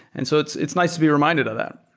and so it's it's nice to be reminded of that.